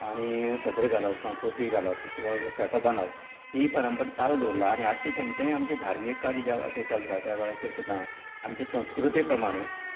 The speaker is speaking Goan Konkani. आनी सदरो घालप टोपी घालप किंवां फेटो बांदप ही परंपरा चालू दवरलां आनी अशें खंयचेय आमचें धार्मीक कार्य ज्या वेळाचेर चलता त्या वेळाचेर सुद्दां आमचें संस्कृते प्रमाणें